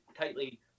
tightly